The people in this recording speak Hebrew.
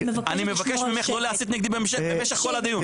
אני מבקש ממך לא להסית נגדי במשך כל הדיון,